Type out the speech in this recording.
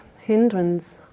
hindrance